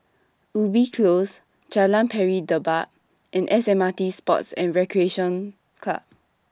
Ubi Close Jalan Pari Dedap and S M R T Sports and Recreation Club